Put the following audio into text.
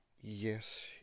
yes